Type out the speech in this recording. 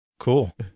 Cool